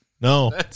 No